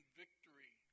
victory